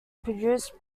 produced